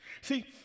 See